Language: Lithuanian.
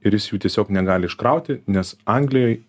ir jis jų tiesiog negali iškrauti nes anglijoj